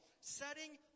setting